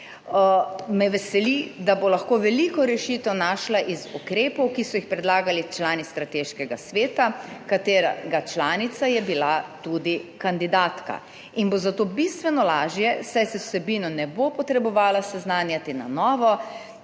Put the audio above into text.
me veseli, da bo lahko veliko rešitev našla iz ukrepov, ki so jih predlagali člani strateškega sveta, katerega članica je bila tudi kandidatka in bo zato bistveno lažje, saj se z vsebino ne bo potrebovala seznanjati na novo,